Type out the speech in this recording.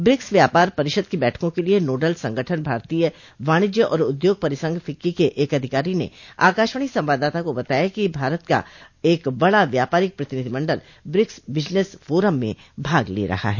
BRICS व्यापार परिषद की बैठकों के लिए नोडल संगठन भारतीय वाणिज्य और उद्योग परिसंघ फिक्की के एक अधिकारी ने आकाशवाणी संवाददाता को बताया कि भारत का बड़ा व्यापारिक प्रतिनिधिमंडल ब्रिक्स बिजनेस फोरम में भाग ले रहा है